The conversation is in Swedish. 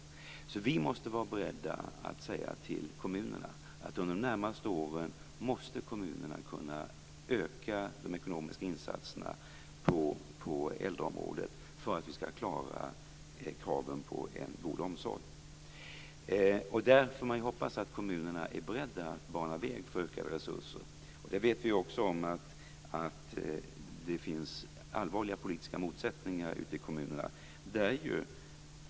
Vi måste vara beredda att säga till kommunerna att de under de närmaste åren måste kunna öka de ekonomiska insatserna på äldreområdet om vi skall klara kraven på en god omsorg. Vi får hoppas att kommunerna är beredda att bana väg för ökade resurser. Vi vet också att det finns allvarliga politiska motsättningar ute i kommunerna.